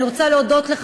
אני רוצה להודות לך.